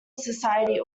society